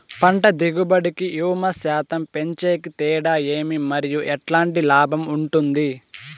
పంట దిగుబడి కి, హ్యూమస్ శాతం పెంచేకి తేడా ఏమి? మరియు ఎట్లాంటి లాభం ఉంటుంది?